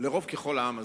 לעם הזה,